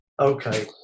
Okay